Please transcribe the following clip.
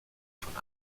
von